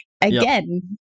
again